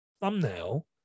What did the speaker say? thumbnail